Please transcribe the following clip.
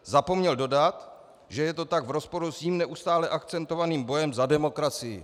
Zapomněl dodat, že je to tak v rozporu s jím neustále akcentovaným bojem za demokracii.